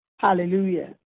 Hallelujah